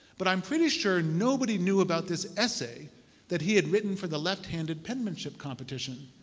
but i'm pretty sure nobody knew about this essay that he had written for the left-handed penmanship competition